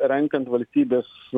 renkant valstybės